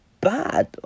bad